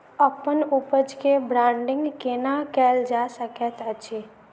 अप्पन उपज केँ ब्रांडिंग केना कैल जा सकैत अछि?